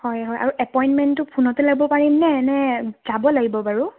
হয় হয় আৰু এপইণ্টমেণ্টটো ফোনতে ল'ব পাৰিমনে নে যাব লাগিব বাৰু